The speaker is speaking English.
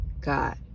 God